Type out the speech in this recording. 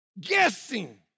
guessing